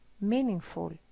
meaningful